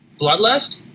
Bloodlust